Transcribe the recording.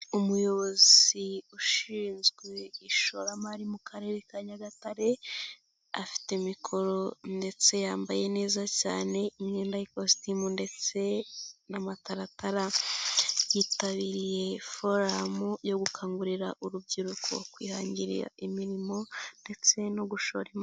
Umuyobozi ushinzwe ishoramari mu karere ka Nyagatare afite mikoro ndetse yambaye neza cyane imyenda y'ikositimu ndetse n'amataratara yitabiriye forumu yo gukangurira urubyiruko kwihangira imirimo ndetse no gushora imari.